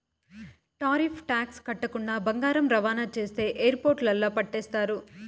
tariff tax కట్టకుండా బంగారం రవాణా చేస్తే ఎయిర్పోర్టుల్ల పట్టేస్తారు